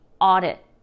audit